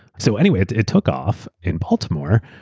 so anyway, it it took off. in baltimore,